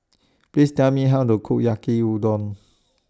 Please Tell Me How to Cook Yaki Udon